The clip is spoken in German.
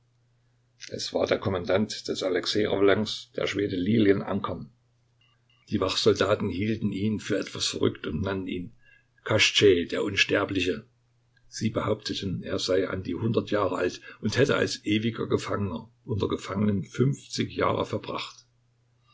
es war der kommandant des alexej ravelins der schwede lilien ankern die wachtsoldaten hielten ihn für etwas verrückt und nannten ihn kaschtschej der unsterbliche sie behaupteten er sei an die hundert jahre alt und hätte als ewiger gefangener unter gefangenen fünfzig jahre verbracht